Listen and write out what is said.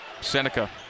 Seneca